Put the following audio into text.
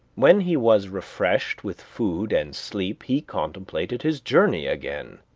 when he was refreshed with food and sleep, he contemplated his journey again.